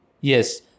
yes